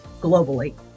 globally